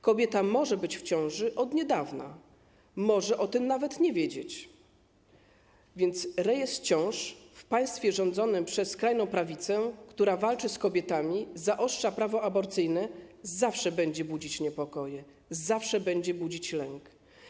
Kobieta może być w ciąży od niedawna, może o tym nawet nie wiedzieć, więc rejestr ciąż w państwie rządzonym przez skrajną prawicę, która walczy z kobietami, zaostrza prawo aborcyjne, zawsze będzie budzić niepokoje, zawsze będzie budzić lęk.